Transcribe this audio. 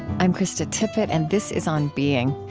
i'm krista tippett, and this is on being.